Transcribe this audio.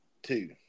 two